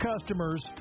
customers